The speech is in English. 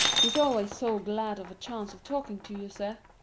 he's always so glad of a chance of talking to you, sir.